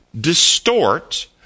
distort